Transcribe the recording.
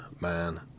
man